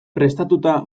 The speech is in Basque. prestatuta